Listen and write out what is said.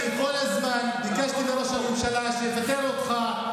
אני כל הזמן ביקשתי מראש הממשלה שיפטר אותך.